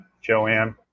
Joanne